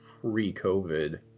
pre-COVID